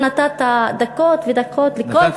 אתה נתת דקות ודקות לכל חברי הכנסת.